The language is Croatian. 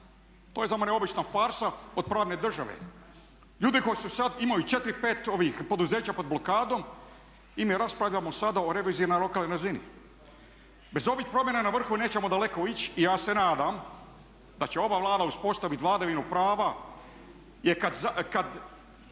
To je za mene obična farsa od pravne države. Ljudi koji sada imaju 4, 5 poduzeća pod blokadom i mi raspravljamo sada o reviziji na lokalnoj razini. Bez ovih promjena na vrhu nećemo daleko ići i ja se nadam da će ova Vlada uspostaviti vladavinu prava jer kada